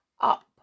up